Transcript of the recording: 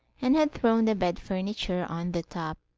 and had thrown the bed-furniture on the top.